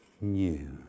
new